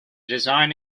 design